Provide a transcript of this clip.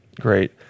Great